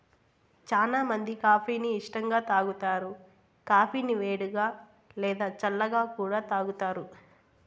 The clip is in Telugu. చానా మంది కాఫీ ని ఇష్టంగా తాగుతారు, కాఫీని వేడిగా, లేదా చల్లగా కూడా తాగుతారు